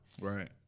right